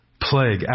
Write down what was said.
plague